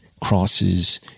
crosses